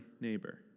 neighbor